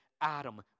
Adam